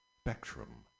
Spectrum